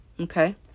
Okay